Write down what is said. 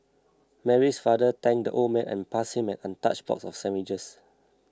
Mary's father thanked the old man and passed him an untouched box of sandwiches